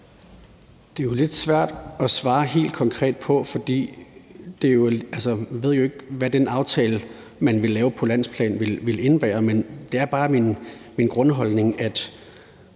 Det er jo lidt svært at svare helt konkret på, for vi ved jo ikke, hvad den aftale, man vil lave på landsplan, indebærer. Det er bare min grundholdning, at